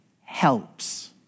helps